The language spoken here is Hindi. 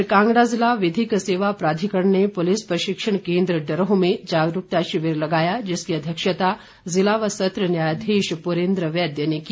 इधर कांगड़ा ज़िला विधिक सेवा प्राधिकरण ने पुलिस प्रशिक्षण कोन्द्र डरोह में जागरूकता शिविर लगाया जिसकी अध्यक्षता ज़िला व सत्र न्यायाधीश पुरेन्द्र वैद्य ने की